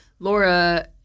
Laura